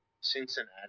Cincinnati